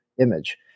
image